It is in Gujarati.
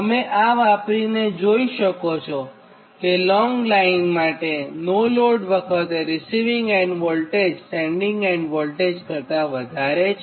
તમે આ વાપરીને જોઇ શકો કે લોંગ લાઇન માટે પણ નો લોડ વખતે receiving end voltage sending end voltage કરતાં વધારે છે